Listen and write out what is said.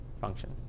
function